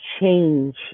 change